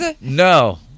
No